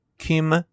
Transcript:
Kim